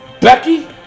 Becky